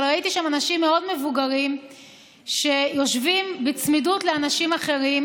אבל ראיתי שם אנשים מאוד מבוגרים שיושבים בצמידות לאנשים אחרים,